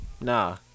Nah